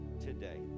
today